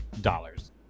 dollars